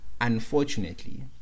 Unfortunately